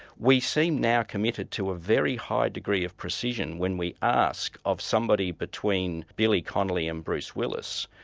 we seem now committed to a very high degree of precision when we ask of somebody between billy connolly and bruce willis,